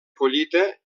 collita